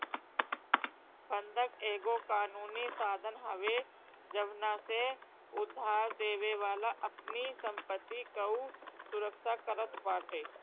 बंधक एगो कानूनी साधन हवे जवना से उधारदेवे वाला अपनी संपत्ति कअ सुरक्षा करत बाटे